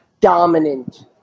dominant